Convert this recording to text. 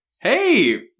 hey